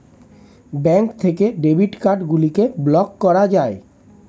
bank থেকে debit card গুলিকে block করা যায়